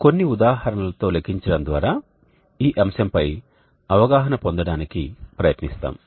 కొన్ని ఉదాహరణలతో లెక్కించడం ద్వారా ఈ అంశంపై అవగాహన పొందడానికి ప్రయత్నిస్తాము